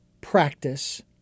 practice